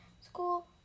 School